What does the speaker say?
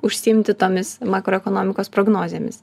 užsiimti tomis makroekonomikos prognozėmis